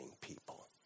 people